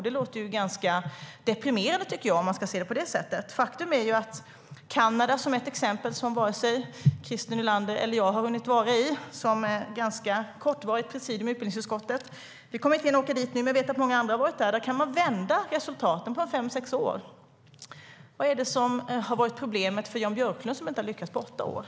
Det låter deprimerande. Där finns exemplet Kanada, som varken Christer Nylander eller jag har hunnit besöka än under vår kortvariga tid som presidium i utbildningsutskottet. Vi kommer inte att hinna åka dit nu, men vi vet att många andra har varit där. Där har de vänt resultaten på fem sex år. Vad är det som har varit problemet för Jan Björklund, som inte har lyckats på åtta år?